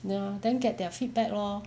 ya then get their feedback lor